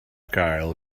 gael